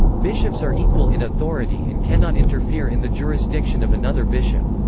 bishops are equal in authority and cannot interfere in the jurisdiction of another bishop.